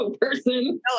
person